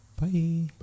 Bye